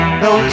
no